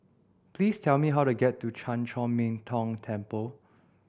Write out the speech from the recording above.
please tell me how to get to Chan Chor Min Tong Temple